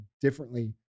differently